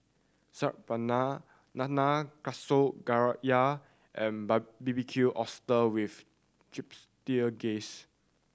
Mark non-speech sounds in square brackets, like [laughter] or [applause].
Saag Paneer Nanakusa Gayu and [unintelligible] Barbecued Oyster with Chipotle Glaze